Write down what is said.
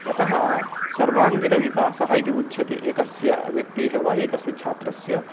यतः सर्वाङ्गिनविकासः इति उच्यते एकस्य व्यक्तेः वा एकस्य छात्रस्य